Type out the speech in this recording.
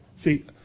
See